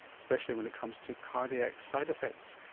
especially when it comes to cardiac side-effects.